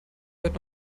heute